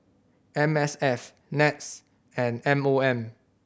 M S F NETS and M O M